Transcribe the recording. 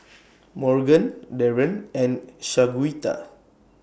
Morgan Darren and Shaquita